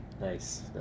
Nice